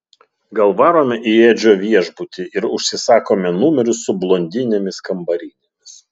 gal varome į edžio viešbutį ir užsisakome numerius su blondinėmis kambarinėmis